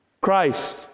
Christ